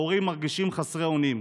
וההורים מרגישים חסרי אונים.